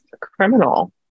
criminal